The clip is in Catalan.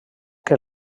que